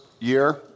year